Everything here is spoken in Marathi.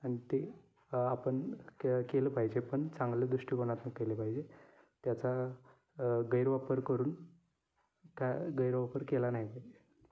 आणि ते आपण के केलं पाहिजे पण चांगलं दृष्टिकोनातून केलं पाहिजे त्याचा गैरवापर करून का गैरवापर केला नाही पाहिजे